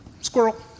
squirrel